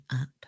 up